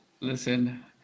Listen